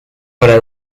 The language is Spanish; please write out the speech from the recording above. para